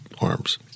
arms